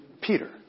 Peter